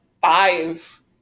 five